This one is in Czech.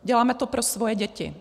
Děláme to pro svoje děti.